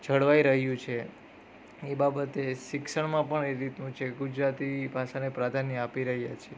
જળવાઈ રહ્યું છે એ બાબતે શિક્ષણમાં પણ એ રીતનું છે ગુજરાતી ભાષાને પ્રાધાન્ય આપી રહ્યા છે